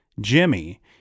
Jimmy